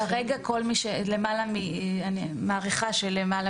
כרגע אני מעריכה שלמעלה